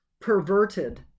perverted